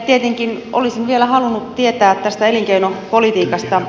tietenkin olisin vielä halunnut tietää tästä elinkeinopolitiikasta